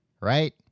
right